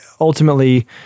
ultimately